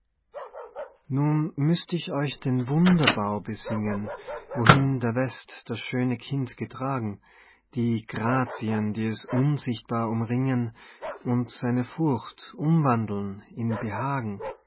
nun müßt ich euch den wunderbau besingen wohin der west das schöne kind getragen die grazien die es unsichtbar umringen und seine furcht umwandeln in behagen